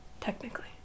technically